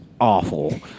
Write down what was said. awful